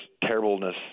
terribleness